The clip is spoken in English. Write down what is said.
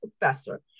professor